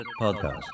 Podcast